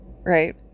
Right